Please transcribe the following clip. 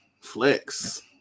flex